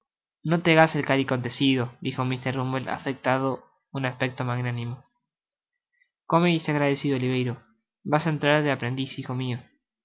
no te hagas el cariacontecido dijo mr bumble afectando un aspecto magnánimo come y sé agradecido oliverio vas ha entrar de aprendiz hijo mio